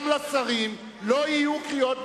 גם לשרים: לא יהיו קריאות ביניים.